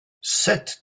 sept